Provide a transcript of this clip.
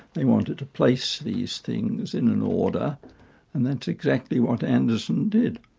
they wanted to place these things in an order and that's exactly what anderson did.